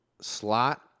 slot